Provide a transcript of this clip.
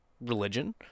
religion